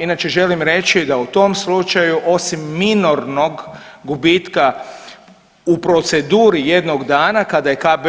Inače želim reći da u tom slučaju osim minornog gubitka u proceduri jednog dana kada je KB